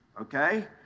okay